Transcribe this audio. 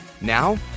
Now